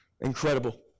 incredible